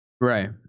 right